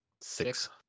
Six